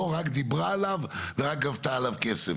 לא רק דיברה עליו ורק גבתה עליו כסף.